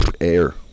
air